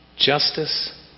Justice